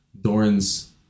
Doran's